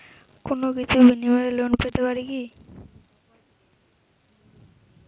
কোনো কিছুর বিনিময়ে লোন পেতে পারি কি?